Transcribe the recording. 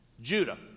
Judah